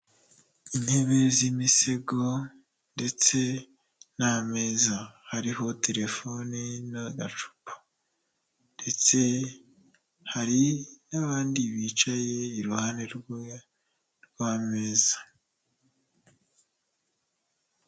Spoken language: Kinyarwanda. Intebe z'imisego, ndetse n'ameza, hariho telefoni n'agacupa, ndetse hari n'abandi bicaye iruhande rw'ameza.